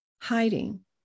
hiding